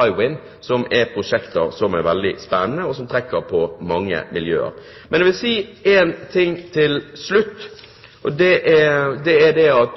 Hywind, som er prosjekter som er veldig spennende, og som trekker på mange miljøer. Men jeg vil si én ting til slutt, og det er at vi må ha en helhetlig tilnærming til dette. Det